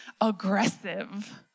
aggressive